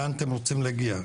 לאן אתם רוצים להגיע?